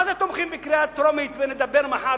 מה זה תומכים בקריאה טרומית ונדבר מחר,